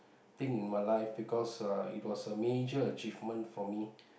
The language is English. thing in my life because uh it was a major achievement for me